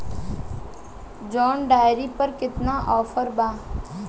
John Deere पर केतना offer बा?